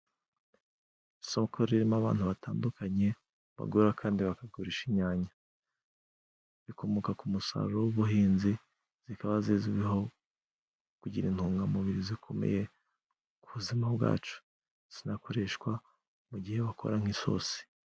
Isoko ririmo abantu batandukanye bagura kandi bakagurisha inyanya. Zikomoka k' umusaruro w'ubuhinzi, zikaba zizwiho kugira intungamubiri zikomeye ku buzima bwacu. Zirakoreshwa mu gihe bakora nk'isosi.